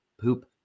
poop